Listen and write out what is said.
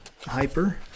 Hyper